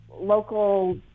local